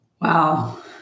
Wow